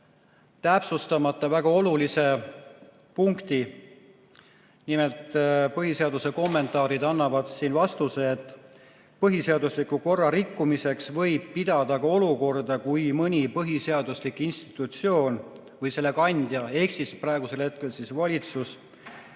täpsustamata väga olulise punkti. Nimelt, põhiseaduse kommentaarid annavad vastuse, et põhiseadusliku korra rikkumiseks võib pidada ka olukorda, kui mõni põhiseaduslik institutsioon või selle kandja – ehk praegusel juhul valitsus